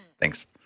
Thanks